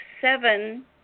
seven